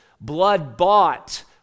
blood-bought